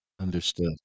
Understood